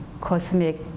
cosmic